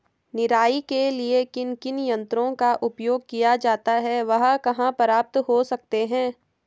निराई के लिए किन किन यंत्रों का उपयोग किया जाता है वह कहाँ प्राप्त हो सकते हैं?